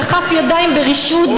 דחף ידיים ברשעות,